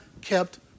kept